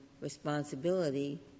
responsibility